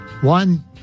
One